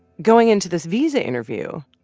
going into this visa interview,